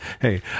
hey